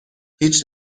هیچ